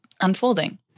unfolding